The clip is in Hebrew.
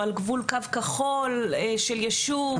או על גבול קו כחול של יישוב.